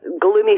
gloomy